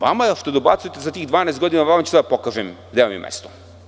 Vama što dobacujete za tih 12 godina, vama ću sada da pokažem gde vam je mesto.